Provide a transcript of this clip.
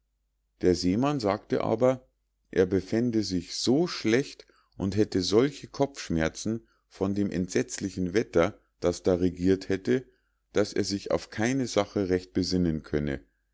der seemann sagte aber er befände sich so schlecht und hätte solche kopfschmerzen von dem entsetzlichen wetter das da regiert hätte daß er sich auf keine sache recht besinnen könne